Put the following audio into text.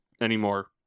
anymore